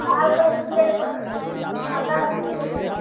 पचासी रुपे